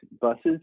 buses